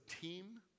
team